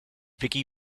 vicky